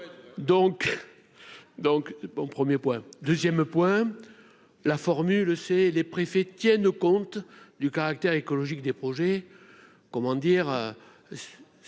donc donc 1er point 2ème point la formule c'est les préfets tiennent compte du caractère écologique des projets, comment dire,